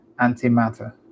antimatter